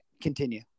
Continue